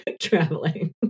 traveling